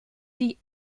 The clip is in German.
die